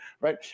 right